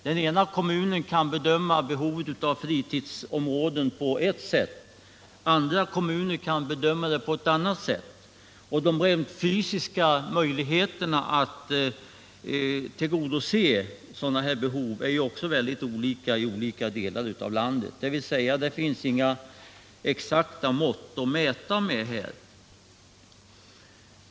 Den ena kommunen kan bedöma behovet av fritidsområden på ett sätt, den andra kommunen på ett annat. De rent fysiska möjligheterna att tillgodose sådana behov är också skiftande för olika delar av landet. Det finns alltså inga exakta mått.